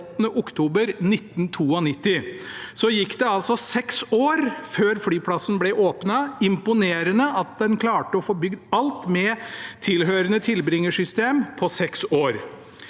8. oktober 1992. Så gikk det altså seks år før flyplassen ble åpnet. Det er imponerende at en klarte å få bygd alt med tilhørende tilbringersystem på seks år.